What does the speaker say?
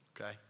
Okay